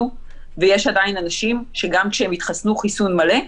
ויש עדיין אנשים שגם כשהם התחסנו חיסון מלא,